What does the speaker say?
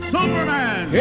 Superman